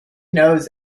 knows